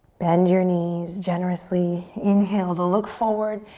bend your knees generously. inhale to look forward,